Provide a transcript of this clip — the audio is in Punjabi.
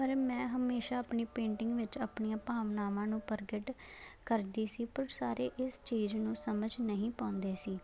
ਪਰ ਮੈਂ ਹਮੇਸ਼ਾ ਆਪਣੀ ਪੇਂਟਿੰਗ ਵਿੱਚ ਆਪਣੀਆਂ ਭਾਵਨਾਵਾਂ ਨੂੰ ਪ੍ਰਗਟ ਕਰਦੀ ਸੀ ਪਰ ਸਾਰੇ ਇਸ ਚੀਜ਼ ਨੂੰ ਸਮਝ ਨਹੀਂ ਪਾਉਂਦੇ ਸੀ